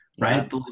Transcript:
Right